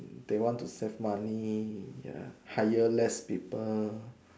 they want to save money ya hire less people